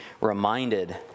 reminded